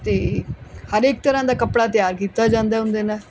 ਅਤੇ ਹਰ ਇੱਕ ਤਰ੍ਹਾਂ ਦਾ ਕੱਪੜਾ ਤਿਆਰ ਕੀਤਾ ਜਾਂਦਾ ਉਹਦੇ ਨਾਲ